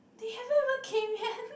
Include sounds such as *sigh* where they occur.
they haven't even came yet *laughs*